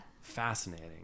Fascinating